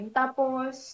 tapos